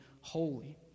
holy